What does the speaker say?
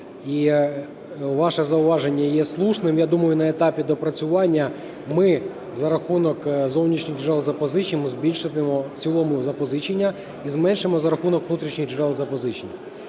І ваше зауваження є слушним, і я думаю, на етапі доопрацювання ми за рахунок зовнішніх джерел запозичень збільшимо в цілому запозичення і зменшимо за рахунок внутрішніх джерел запозичень.